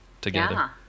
together